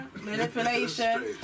Manipulation